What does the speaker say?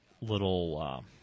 little –